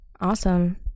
Awesome